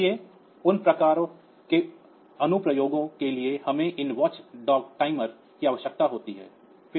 इसलिए उन प्रकार के अनुप्रयोगों के लिए हमें इन वॉचडॉग टाइमर की आवश्यकता होती है